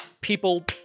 people